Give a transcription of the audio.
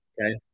Okay